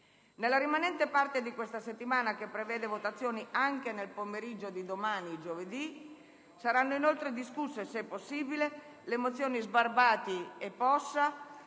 Nella rimanente parte di questa settimana, che prevede votazioni anche nel pomeriggio di domani, saranno inoltre discusse - se possibile - le mozioni Sbarbati e Possa,